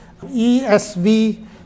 ESV